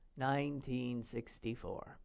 1964